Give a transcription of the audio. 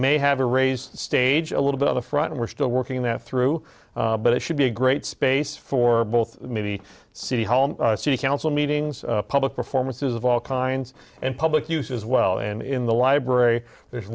may have a raised stage a little bit on the front and we're still working that through but it should be a great space for both maybe city home city council meetings public performances of all kinds and public use as well and in the library the